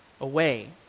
away